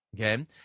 Okay